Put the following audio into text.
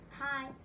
Hi